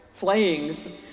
flayings